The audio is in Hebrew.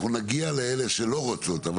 נגיע לאלה שלא רוצות.